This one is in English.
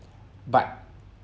but